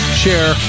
share